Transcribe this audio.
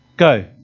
Go